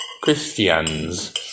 Christians